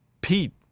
Pete